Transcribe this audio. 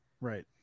right